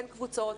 אין קבוצות,